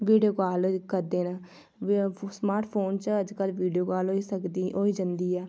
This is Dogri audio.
वीडियो काल करदे न स्मार्ट फोन च अजकल वीडियो काल होई सकद होई जंदी ऐ